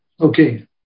Okay